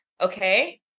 okay